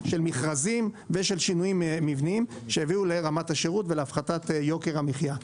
של מכרזים ושל שינויים מבניים שיביאו לרמת השירות ולהפחתת יוקר המחיה.